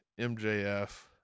MJF